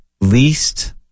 least